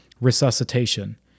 resuscitation